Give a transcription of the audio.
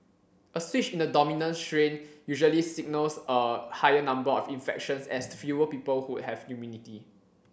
a switch in the dominant strain usually signals a higher number of infections as fewer people would have immunity